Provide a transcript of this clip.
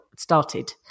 started